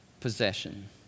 possession